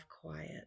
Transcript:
quiet